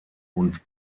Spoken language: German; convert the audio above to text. und